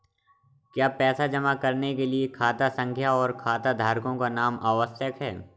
क्या पैसा जमा करने के लिए खाता संख्या और खाताधारकों का नाम आवश्यक है?